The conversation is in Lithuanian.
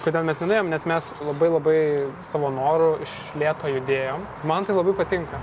kodėl mes nenuėjom nes mes labai labai savo noru iš lėto judėjom man tai labai patinka